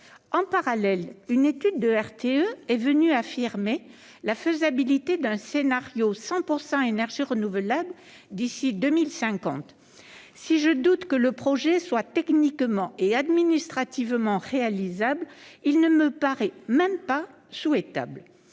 En parallèle, une étude de RTE est venue affirmer la faisabilité d'un scénario « 100 % énergies renouvelables » d'ici à 2050. Si je doute que le projet soit techniquement et administrativement réalisable, il ne me paraît pas non plus souhaitable.